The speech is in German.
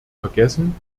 vergessen